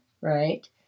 right